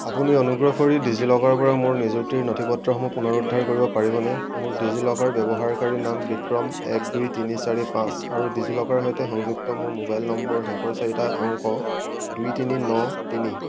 আপুনি অনুগ্ৰহ কৰি ডিজিলকাৰৰপৰা মোৰ নিযুক্তিৰ নথিপত্ৰসমূহ পুনৰুদ্ধাৰ কৰিব পাৰিবনে মোৰ ডিজিলকাৰ ব্যৱহাৰকাৰী নাম বিক্ৰম এক দুই তিনি চাৰি পাঁচ আৰু ডিজিলকাৰৰ সৈতে সংযুক্ত মোৰ মোবাইল নম্বৰৰ শেষৰ চাৰিটা অংক দুই তিনি ন তিনি